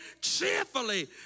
cheerfully